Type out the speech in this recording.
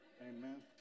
amen